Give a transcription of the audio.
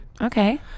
Okay